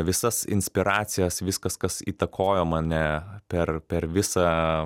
visas inspiracijas viskas kas įtakojo mane per per visą